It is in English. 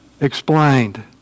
explained